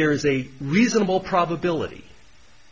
there is a reasonable probability